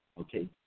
okay